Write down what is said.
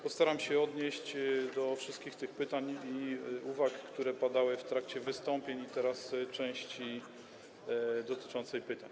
Postaram się odnieść do wszystkich pytań i uwag, które padły w trakcie wystąpień i w części dotyczącej pytań.